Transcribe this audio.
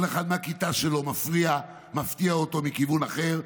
כל אחד מהכיתה שלו מפריע, מפתיע אותו מכיוון אחר,